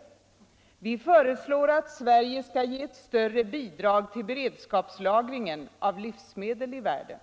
O Vi föreslår att Sverige skall ge ett större bidrag till beredskapslagringen av livsmedel i världen. O